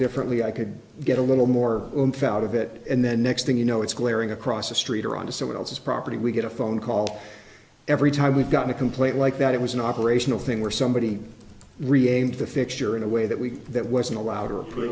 differently i could get a little more found out of it and then next thing you know it's glaring across the street or on to someone else's property we get a phone call every time we've got a complaint like that it was an operational thing where somebody really aimed the fixture in a way that we that wasn't allowed or